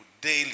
daily